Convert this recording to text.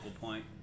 point